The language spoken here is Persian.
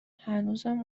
هنوزم